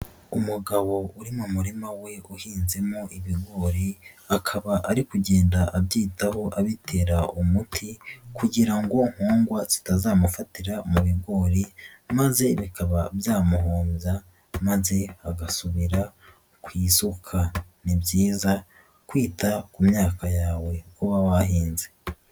Umugabo uri mu murima we uhinzemo ibigori, akaba ari kugenda abyitaho, abitera umuti kugira ngo nkongwa zitazamufatira mu bigori maze bikaba byamuhombya maze agasubira ku isuka, ni byiza kwita ku myaka yawe uba uba wahinze.